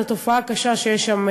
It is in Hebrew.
את התופעה הקשה שיש שם,